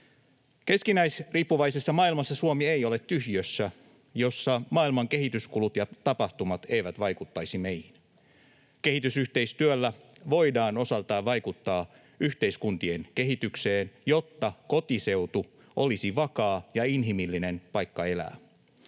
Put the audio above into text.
Keskinäisriippuvaisessa maailmassa Suomi ei ole tyhjiössä, jossa maailman kehityskulut ja tapahtumat eivät vaikuttaisi meihin. Kehitysyhteistyöllä voidaan osaltaan vaikuttaa yhteiskuntien kehitykseen, jotta kotiseutu olisi vakaa ja inhimillinen paikka elää,